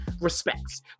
respects